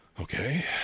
Okay